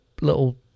little